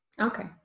Okay